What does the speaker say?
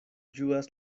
ĝuas